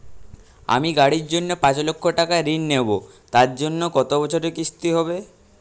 আমি গাড়ির জন্য পাঁচ লক্ষ টাকা ঋণ নেবো তার জন্য কতো বছরের কিস্তি হবে?